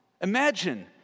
imagine